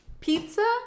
Pizza